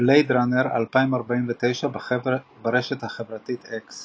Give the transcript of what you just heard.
בלייד ראנר 2049, ברשת החברתית אקס